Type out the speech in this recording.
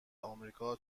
آمریکا